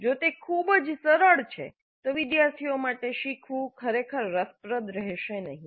જો તે ખૂબ જ સરળ છે તો વિદ્યાર્થીઓ માટે શીખવું ખરેખર રસપ્રદ રહેશે નહીં